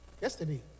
Yesterday